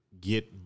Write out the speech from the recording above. get